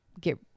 get